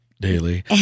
daily